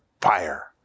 fire